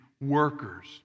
workers